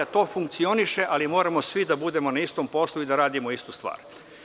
To funkcioniše, ali moramo svi da budemo na istom poslu i da radimo istu stvar.